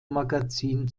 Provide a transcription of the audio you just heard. magazin